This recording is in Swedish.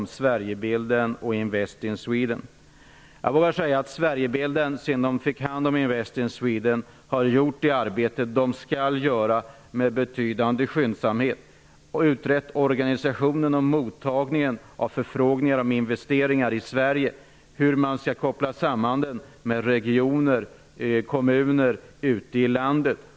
Sverigebilden fick hand om Invest in Sweden har man gjort det arbete som skall göras med betydande skyndsamhet. Man har utrett organisationen av mottagningen av förfrågningar om investeringar i Sverige och hur man skall koppla samman detta med regioner och kommuner ute i landet.